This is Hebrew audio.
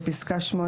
בפסקה (8),